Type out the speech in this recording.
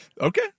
Okay